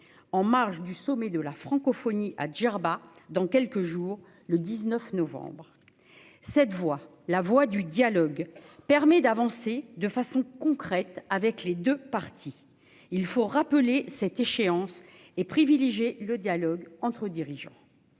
en marge du sommet de la francophonie à Djerba le 19 novembre prochain. La voie du dialogue permet d'avancer de façon concrète avec les deux parties. Il faut rappeler cette échéance et privilégier le dialogue entre dirigeants.